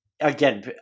Again